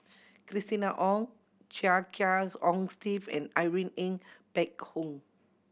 Christina Ong Chia Kiah Hong Steve and Irene Ng Phek Hoong